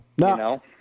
No